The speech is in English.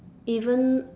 even